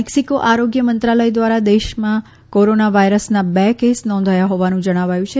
મેકસીકો આરોગ્ય મંત્રાલય ધ્વારા દેશમાં કોરોના વાયરસના બે કેસ નોંધાયા હોવાનું જણાવાયું છે